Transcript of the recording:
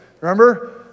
remember